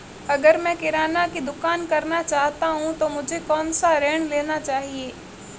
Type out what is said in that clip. अगर मैं किराना की दुकान करना चाहता हूं तो मुझे कौनसा ऋण लेना चाहिए?